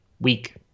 week